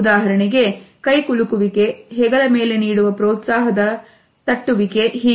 ಉದಾಹರಣೆಗೆ ಕೈಕುಲುಕು ವಿಕೆ ಹೆಗಲಮೇಲೆ ನೀಡುವ ಪ್ರೋತ್ಸಾಹದ ಕಟ್ಟುವಿಕೆ ಹೀಗೆ